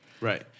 Right